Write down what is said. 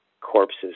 Corpses